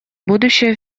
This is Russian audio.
будущее